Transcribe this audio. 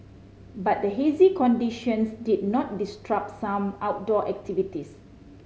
but the hazy conditions did not disrupt some outdoor activities